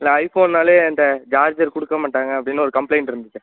இல்லை ஐ ஃபோன்னாலே அந்த ஜார்ஜர் கொடுக்க மாட்டாங்க அப்படினு ஒரு கம்ப்ளைண்டு இருந்துச்சு